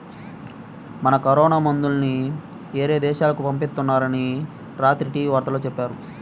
మన కరోనా మందుల్ని యేరే దేశాలకు పంపిత్తున్నారని రాత్రి టీవీ వార్తల్లో చెప్పారు